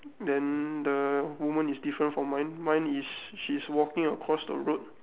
then the woman is different from mine mine is she's walking across the road